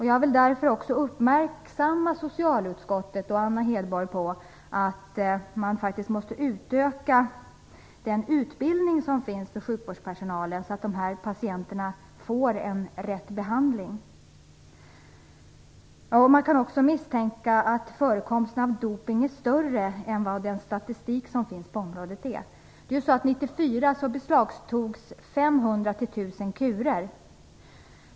Jag vill därför uppmärksamma socialutskottet och Anna Hedborg på att man faktiskt måste utöka sjukvårdspersonalens utbildning, så att patienterna får den rätta behandlingen. Man kan också misstänka att förekomsten av dopning är större än vad statistiken på området visar. 1994 beslagtogs 500-1 000 kurer.